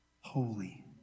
holy